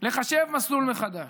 לחשב מסלול מחדש,